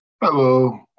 Hello